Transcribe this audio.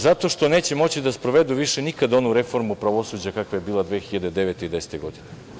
Zato što neće moći da sprovedu više nikad onu reformu pravosuđa kakva je bila 2009. i 2010. godine.